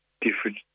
different